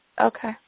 Okay